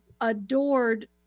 adored